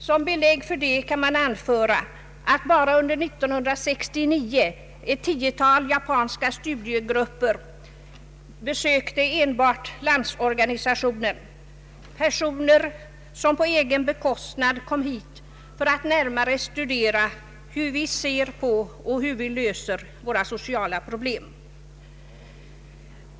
Som belägg därför kan anföras att bara under 1969 har ett tiotal japanska studiegrupper besökt enbart Landsorganisationen — personer som på egen bekostnad rest hit för att närmare studera hur vi ser på och söker lösa våra sociala problem.